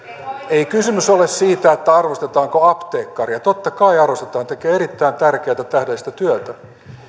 ei kysymys ole siitä arvostetaanko apteekkaria totta kai arvostetaan hän tekee erittäin tärkeätä tähdellistä työtä